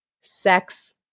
sex